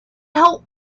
help